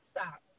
Stop